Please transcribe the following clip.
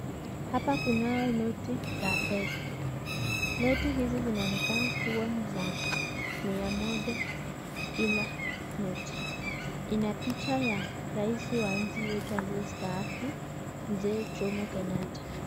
Hapa kunayo noti za pesa . Noti hizi zinaonekana kuwa ni za mia moja kila noti . Ina picha ya raisi wa nchi yetu aliyestaafu Mzee Jomo Kenyatta.